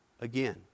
again